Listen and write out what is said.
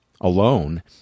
alone